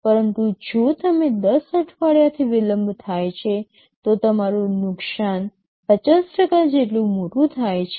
પરંતુ જો તમને ૧૦ અઠવાડિયાથી વિલંબ થાય છે તો તમારું નુકસાન ૫૦ જેટલું મોટું થાય છે